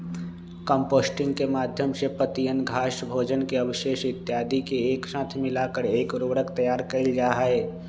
composting के माध्यम से पत्तियन, घास, भोजन के अवशेष इत्यादि के एक साथ मिलाकर एक उर्वरक तैयार कइल जाहई